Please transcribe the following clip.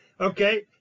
Okay